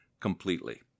completely